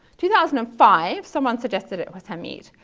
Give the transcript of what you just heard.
two thousand and five someone suggested it was hermite.